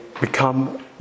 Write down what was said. become